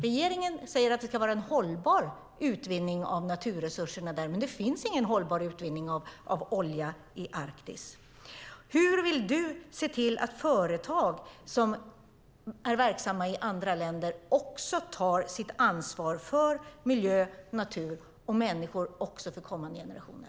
Regeringen säger att det ska vara en hållbar utvinning av naturresurserna där. Men det finns ingen hållbar utvinning av olja i Arktis. Hur vill du se till att företag som är verksamma i andra länder också tar sitt ansvar för miljö, natur och människor även för kommande generationer?